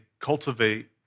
cultivate